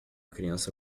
criança